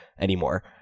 anymore